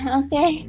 okay